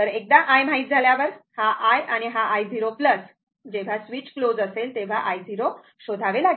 एकदा i माहित झाल्यावर तर हा i आणि हा i 0 जेव्हा स्विच क्लोज Switch close असेल तेव्हा i 0 शोधावे लागेल